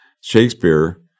Shakespeare